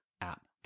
app